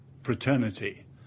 fraternity